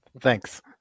Thanks